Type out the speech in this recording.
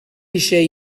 eisiau